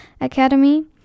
Academy